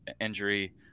injury